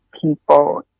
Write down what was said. people